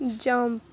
jump